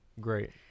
great